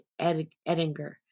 Edinger